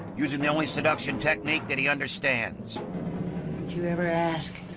using the only seduction technique that he understands. don't you ever ask?